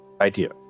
Idea